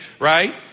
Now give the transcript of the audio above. Right